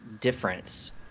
difference